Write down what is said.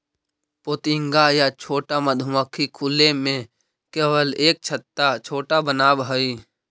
पोतिंगा या छोटा मधुमक्खी खुले में केवल एक छत्ता छोटा बनावऽ हइ